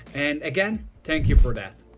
and again, thank you for that.